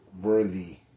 worthy